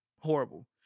Horrible